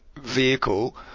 vehicle